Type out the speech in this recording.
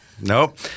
Nope